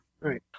Right